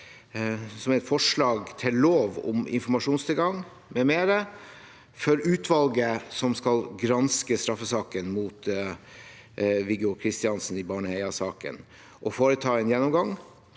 med forslag til lov om informasjonstilgang m.m. for utvalget som skal granske straffesaken mot Viggo Kristiansen i Baneheia-saken og foreta en gjennomgang